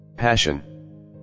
passion